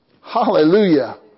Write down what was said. Hallelujah